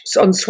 on